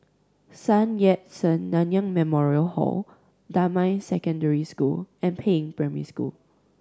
Sun Yat Sen Nanyang Memorial Hall Damai Secondary School and Peiying Primary School